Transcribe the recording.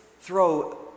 throw